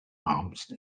alms